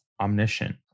omniscient